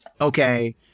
okay